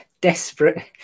desperate